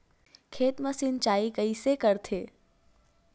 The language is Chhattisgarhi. खेत मा सिंचाई कइसे करथे?